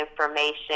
information